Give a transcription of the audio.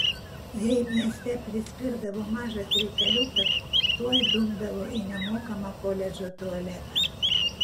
jei mieste prispirdavo mažas reikaliukas tuoj dumdavo į nemokamą koledžo tualetą